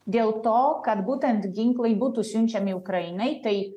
dėl to kad būtent ginklai būtų siunčiami ukrainai tai